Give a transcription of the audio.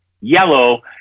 Yellow